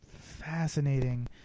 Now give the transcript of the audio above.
fascinating